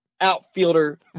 outfielder